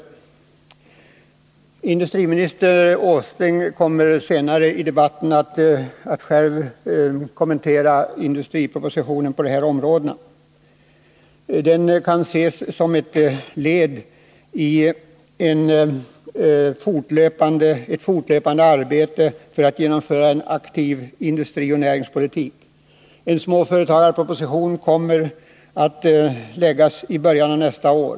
Industriminister Åsling kommer själv senare i debatten att kommentera propositionen på dessa områden. Propositionen kan ses som ett led i ett fortlöpande arbete för att genomföra en aktiv industrioch näringspolitik. En småföretagarproposition kommer att framläggas i början av nästa år.